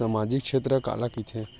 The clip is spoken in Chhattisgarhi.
सामजिक क्षेत्र काला कइथे?